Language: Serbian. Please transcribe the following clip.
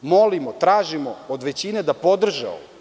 Molimo, tražimo od većine da podrže ovo.